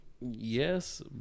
Yes